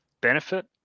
benefit